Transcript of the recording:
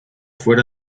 fuera